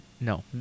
no